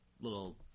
little